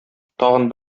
тагын